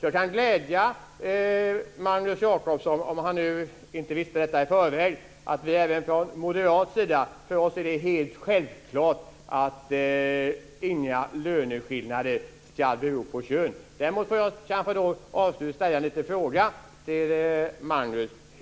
Jag kan glädja Magnus Jacobsson - om han inte visste om detta i förväg - att för oss moderater är det helt självklart att inga löneskillnader ska bero på kön. Däremot vill jag avslutningsvis ställa en fråga till Magnus Jacobsson.